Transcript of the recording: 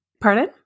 pardon